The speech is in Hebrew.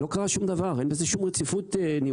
לא קרה שום דבר, אין בזה שום רציפות ניהולית.